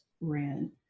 ran